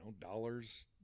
dollars